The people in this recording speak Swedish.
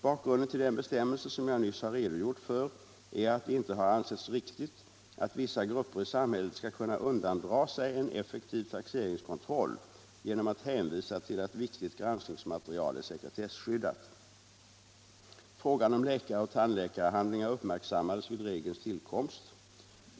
Bakgrunden till den bestämmelse som jag nyss har redogjort för är att det inte har ansetts riktigt att vissa grupper i samhället skall kunna undandra sig en effektiv taxeringskontroll genom att hänvisa till att viktigt granskningsmaterial är sekretesskyddat. Frågan om läkaroch tandläkarhandlingar uppmärksammades vid regelns tillkomst.